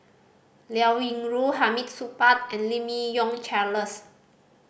Liao Yingru Hamid Supaat and Lim Yi Yong Charles